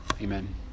Amen